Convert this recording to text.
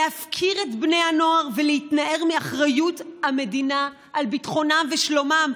להפקיר את בני הנוער ולהתנער מאחריות המדינה לביטחונם ושלומם.